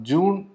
June